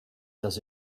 does